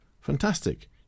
fantastic